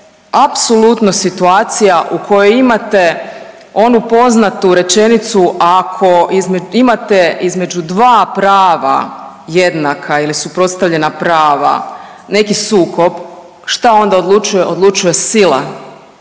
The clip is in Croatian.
apsolutno situacija u kojoj imate onu poznatu rečenicu, ako imate između dva prava jednaka ili suprotstavljena prava neki sukob šta onda odlučuje, odlučuje sila